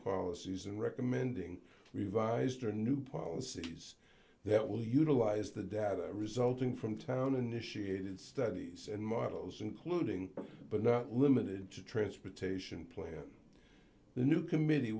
policies and recommending revised or new policies that will utilize the data resulting from town initiated studies and models including but not limited to transportation plan the new committee